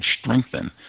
strengthen